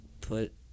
put